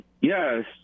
Yes